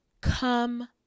come